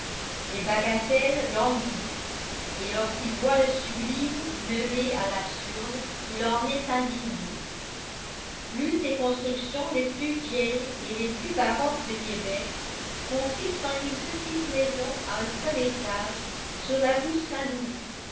les bagatelles l'ennuient et lorsqu'il voit le sublime mêlé à l'absurde il en est indigné l'une des constructions les plus vieilles et les plus baroques de québec consiste en une petite maison à un seul étage sur la rue saint-louis